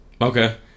okay